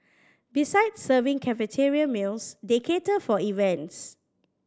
besides serving cafeteria meals they cater for events